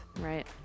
Right